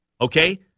okay